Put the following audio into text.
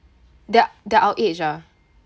they're they're our age ah